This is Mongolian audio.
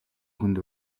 хүнд